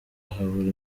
habura